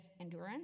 endurance